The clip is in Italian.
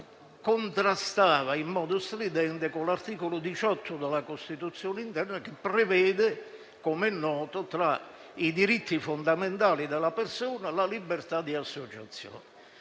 sindacali, contrastava in modo stridente con l'articolo 18 della Costituzione, che prevede - com'è noto - tra i diritti fondamentali della persona la libertà di associazione.